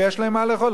ויש להם מה לאכול,